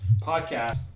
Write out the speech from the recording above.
podcast